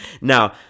Now